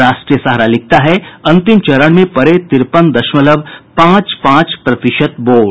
राष्ट्रीय सहारा लिखता है अंतिम चरण में पड़े तिरपन दशमलव पांच पांच प्रतिशत वोट